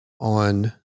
on